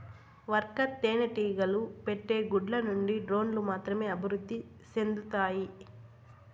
worker తేనెటీగలు పెట్టే గుడ్ల నుండి డ్రోన్లు మాత్రమే అభివృద్ధి సెందుతాయి